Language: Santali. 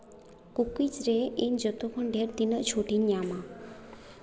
ᱠᱳᱠᱤᱡᱽ ᱨᱮ ᱤᱧ ᱡᱚᱛᱚᱠᱷᱚᱱ ᱰᱷᱮᱹᱨ ᱛᱤᱱᱟᱹᱜ ᱪᱷᱩᱴ ᱤᱧ ᱧᱟᱢᱟ